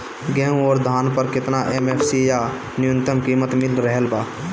गेहूं अउर धान पर केतना एम.एफ.सी या न्यूनतम कीमत मिल रहल बा?